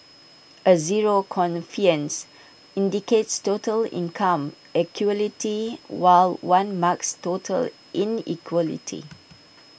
A zero indicates total income equality while one marks total inequality